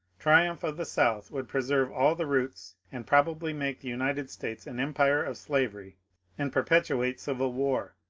triumph of the south would preserve all the roots and probably make the united states an empire of slavery and perpetuate civil war.